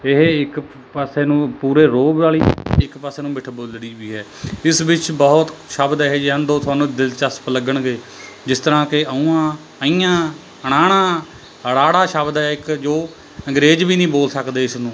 ਇਹ ਇੱਕ ਪ ਪਾਸੇ ਨੂੰ ਪੂਰੇ ਰੋਅਬ ਵਾਲ਼ੀ ਇੱਕ ਪਾਸੇ ਨੂੰ ਮਿੱਠ ਬੋਲੜੀ ਵੀ ਹੈ ਇਸ ਵਿੱਚ ਬਹੁਤ ਸ਼ਬਦ ਇਹੋ ਜਿਹੇ ਹਨ ਜੋ ਤੁਹਾਨੂੰ ਦਿਲਚਸਪ ਲੱਗਣਗੇ ਜਿਸ ਤਰ੍ਹਾਂ ਕਿ ਙ ਞ ਣ ੜ ਸ਼ਬਦ ਹੈ ਇੱਕ ਜੋ ਅੰਗਰੇਜ਼ ਵੀ ਨਹੀਂ ਬੋਲ਼ ਸਕਦੇ ਇਸ ਨੂੰ